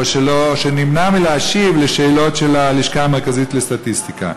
שנמנע מלהשיב על שאלות של הלשכה המרכזית לסטטיסטיקה.